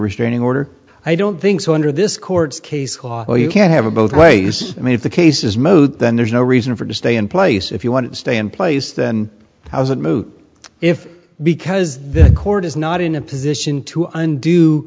restraining order i don't think so under this court's case or you can't have it both ways i mean if the case is moot then there's no reason for it to stay in place if you want to stay in place then how is it moot if because the court is not in a position to undo